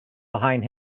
behind